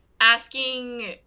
Asking